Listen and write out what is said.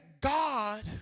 God